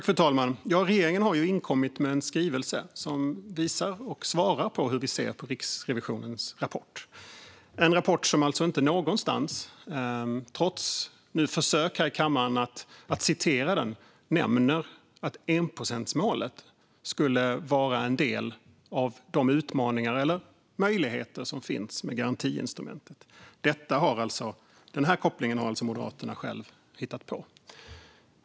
Fru talman! Regeringen har ju inkommit med en skrivelse som visar och svarar på hur vi ser på Riksrevisionens rapport - en rapport som alltså inte någonstans, trots försök att hävda det i debatten här i kammaren, säger att enprocentsmålet skulle vara en del av de utmaningar eller möjligheter som finns med garantiinstrumentet. Denna koppling har alltså Moderaterna själva hittat på.